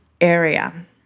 area